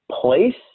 Place